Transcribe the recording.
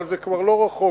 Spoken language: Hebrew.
אבל זה כבר לא רחוק,